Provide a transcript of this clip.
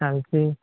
ଚାଲିଛି